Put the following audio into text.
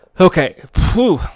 Okay